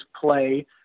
play